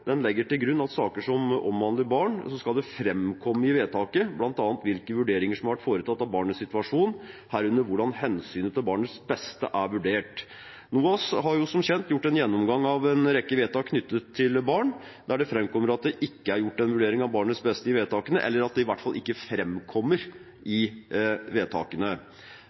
til grunn at i saker som omhandler barn, skal det bl.a. framkomme i vedtaket hvilke vurderinger som har vært foretatt av barnets situasjon, herunder hvordan hensynet til barnets beste er vurdert. NOAS har som kjent gjort en gjennomgang av en rekke vedtak knyttet til barn der det framkommer at det ikke er gjort en vurdering av barnets beste – eller at det i hvert fall ikke framkommer i vedtakene.